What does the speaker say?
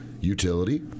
Utility